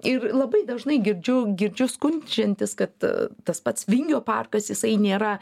ir labai dažnai girdžiu girdžiu skundžiantis kad tas pats vingio parkas jisai nėra